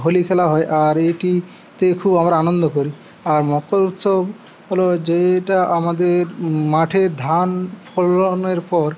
হোলি খেলা হয় আর এটিতে খুব আমরা আনন্দ করি আর মকর উৎসব হল যেটা আমাদের মাঠে ধান ফলনের পর